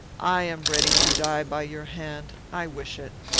i am ready to die by your hand. i wish it.